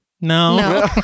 No